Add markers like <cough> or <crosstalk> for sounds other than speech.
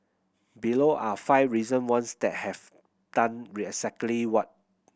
below are five recent ones that have done <unintelligible> what